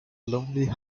lonely